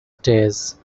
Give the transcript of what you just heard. stares